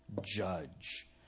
judge